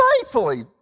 faithfully